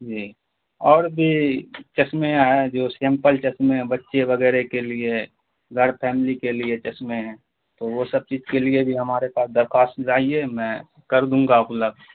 جی اور بھی چشمے آئے ہیں جو سیمپل چسمے ہیں بچے وگیرہ کے لیے ہے گھر فیملی کے لیے چشمے ہیں تو وہ سب چیج کے لیے بھی ہمارے پاس درکھواست لائیے میں کر دوں گا اپلبدھ